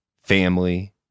family